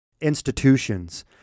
institutions